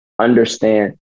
understand